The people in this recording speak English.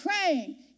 praying